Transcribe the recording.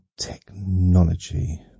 Technology